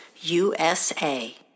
USA